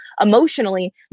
emotionally